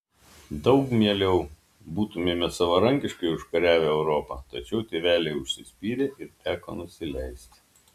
daug mieliau būtumėme savarankiškai užkariavę europą tačiau tėveliai užsispyrė ir teko nusileisti